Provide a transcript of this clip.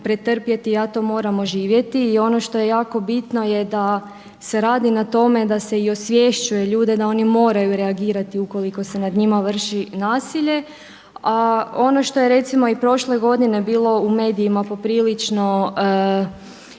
pretrpjeti, ja to moram oživjeti i ono što je jako bitno je da se radi na tome da se i osvješćuje ljude da oni moraju reagirati ukoliko se nad njima vrši nasilje. A ono što je recimo i prošle godine bilo u medijima poprilično